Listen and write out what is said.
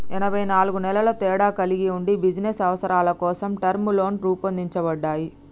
ఎనబై నాలుగు నెలల తేడా కలిగి ఉండి బిజినస్ అవసరాల కోసం టర్మ్ లోన్లు రూపొందించబడ్డాయి